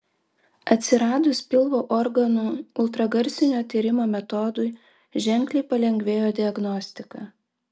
atsiradus pilvo organų ultragarsinio tyrimo metodui ženkliai palengvėjo diagnostika